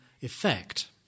effect